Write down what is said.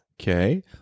Okay